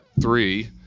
three